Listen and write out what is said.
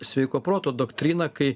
sveiko proto doktriną kai